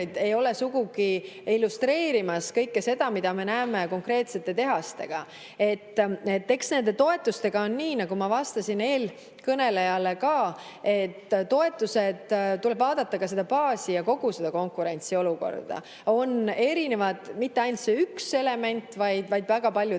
ei ole sugugi illustreerimas kõike seda, mida me näeme konkreetsete tehaste puhul. Eks nende toetustega on nii, nagu ma vastasin ka eelkõnelejale. Toetuste puhul tuleb vaadata ka seda baasi ja kogu konkurentsiolukorda. On erinev mitte ainult see üks element, vaid on väga palju erinevaid.